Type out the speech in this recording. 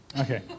Okay